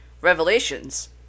Revelations